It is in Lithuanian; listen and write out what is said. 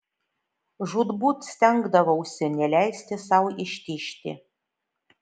žūtbūt stengdavausi neleisti sau ištižti